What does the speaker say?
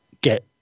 get